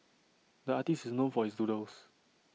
the artist is known for his doodles